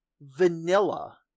Vanilla